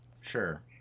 Sure